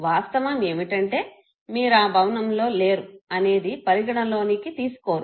వాస్తవం ఏమిటంటే మీరు ఆ భవనంలో లేరు అనేది పరిగణలోనికి తీసుకోరు